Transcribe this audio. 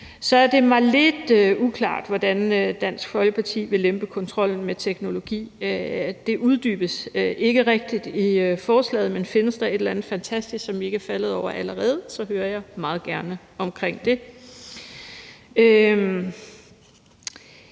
Så er det mig lidt uklart, hvordan Dansk Folkeparti vil lempe kontrollen med teknologi. Det uddybes ikke rigtig i forslaget, men findes der et eller andet fantastisk, som vi ikke er faldet over allerede, så hører jeg meget gerne om det.